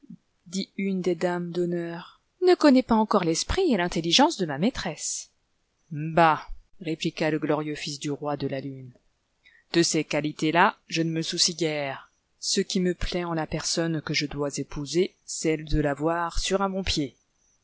dit une des dames d'honneur l'arbre de noël ne connaît pas encore l'esprit et rinlelligence de ma maîtresse bah répliqua le glorieux fils du roi de la lune de ces qualités là je ne me soucie guère ce qui me plaît en la personne que je dois épouser c'est de la voir sur un bon pied